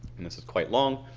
and this is quite long.